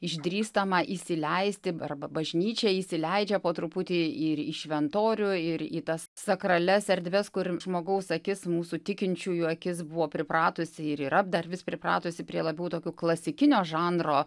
išdrįstama įsileisti arba bažnyčia įsileidžia po truputį ir į šventorių ir į tas sakralias erdves kur žmogaus akis mūsų tikinčiųjų akis buvo pripratusi ir yra dar vis pripratusi prie labiau tokių klasikinio žanro